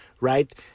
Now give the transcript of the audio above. right